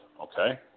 Okay